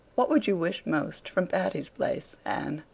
what would you wish most from patty's place, anne?